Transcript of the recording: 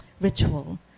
ritual